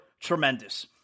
tremendous